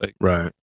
Right